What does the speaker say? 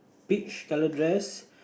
big scarlet dress